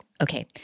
okay